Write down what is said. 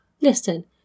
Listen